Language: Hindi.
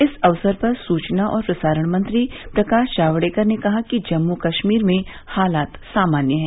इस अवसर पर सूचना और प्रसारण मंत्री प्रकाश जावडेकर ने कहा कि जम्मू कर्मीर में हालात सामान्य है